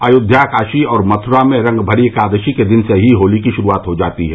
अयोध्या काशी मथुरा में रंगभरी एकादशी के दिन से ही होली की शुरूआत हो जाती है